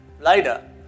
later